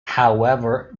however